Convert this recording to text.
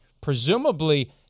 presumably